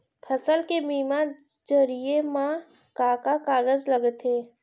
फसल के बीमा जरिए मा का का कागज लगथे?